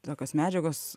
tokios medžiagos